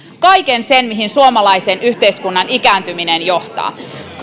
kaiken sen mihin suomalaisen yhteiskunnan ikääntyminen johtaa